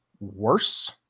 worse